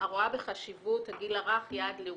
הרואה בחשיבות הגיל הרך יעד לאומי.